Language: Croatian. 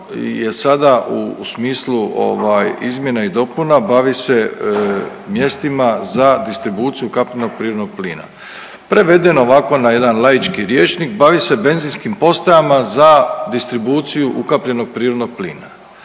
u smislu izmjena i dopuna bavi se mjestima za distribuciju ukapljenog prirodnog plina. Prevedeno ovako na jedan laički rječnik bavi se benzinskim postajama za distribuciju ukapljenog prirodnog plina.